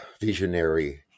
visionary